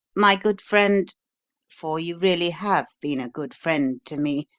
my good friend for you really have been a good friend to me,